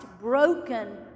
broken